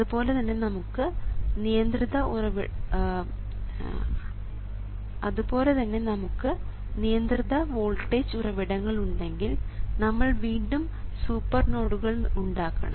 അതുപോലെ തന്നെ നമുക്ക് നിയന്ത്രിത വോൾട്ടേജ് ഉറവിടങ്ങൾ ഉണ്ടെങ്കിൽ നമ്മൾ വീണ്ടും സൂപ്പർ നോഡുകൾ ഉണ്ടാക്കണം